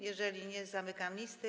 Jeżeli nie, zamykam listę.